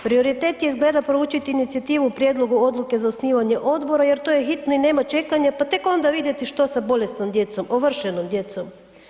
Prioritet je izgleda proučiti inicijativu o prijedlogu odluke za osnivanje odbora jer to je hitno i nema čekanja pa tek onda vidjeti što sa bolesnom djecom, ovršenom djecom.